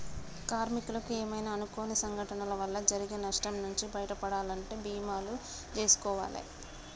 కార్మికులకు ఏమైనా అనుకోని సంఘటనల వల్ల జరిగే నష్టం నుంచి బయటపడాలంటే బీమాలు జేసుకోవాలే